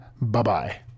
Bye-bye